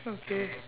okay